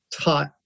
taught